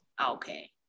okay